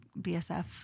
BSF